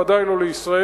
ודאי לא לישראל,